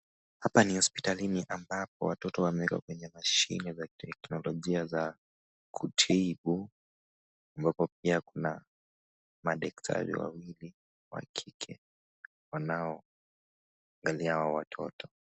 Hapa ni hospitalini ambapo watoto wameekwa kwenye mashini za kiteknolojia za kutibu ambapo pia kuna madaktari wawili wa kike wanaoangalia hawa watoto.